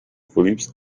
phillips